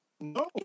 No